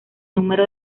número